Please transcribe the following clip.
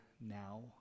now